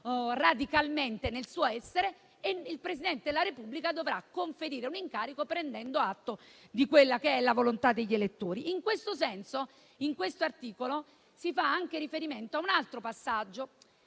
radicalmente nel suo essere, mentre il Presidente della Repubblica dovrà conferire un incarico prendendo atto di quella che è la volontà degli elettori. In tal senso, in questo articolo si fa anche riferimento a un altro passaggio.